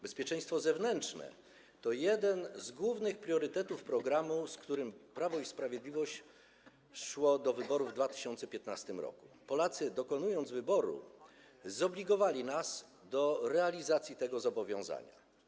Bezpieczeństwo zewnętrzne to jeden z głównych priorytetów programu, z którym Prawo i Sprawiedliwość szło do wyborów w 2015 r. Polacy, dokonując wyboru, zobligowali nas do realizacji tego zobowiązania.